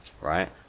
Right